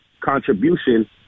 contribution